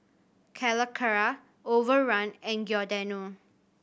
Calacara Overrun and Giordano